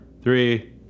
Three